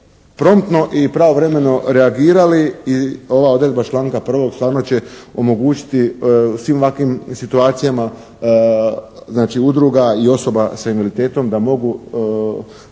promptno i pravovremeno reagirali i ova odredba članka 1. stvarno će omogućiti svim ovakvim situacijama, znači udruga i osoba s invaliditetom da mogu